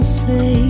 say